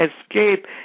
escape